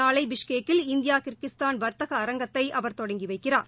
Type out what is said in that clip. நாளை பிஷ்கேக்கில் India Kyrgyzstan வர்த்தக அரங்கத்தை அவர் தொடங்கி வைக்கிறார்